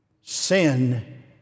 sin